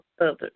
others